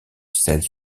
selles